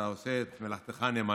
אתה עושה את מלאכתך נאמנה,